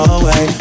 away